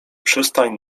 przystań